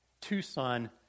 Tucson